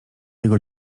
jego